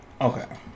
Okay